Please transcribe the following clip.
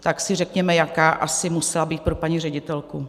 Tak si řekněme, jaká asi musela být pro paní ředitelku.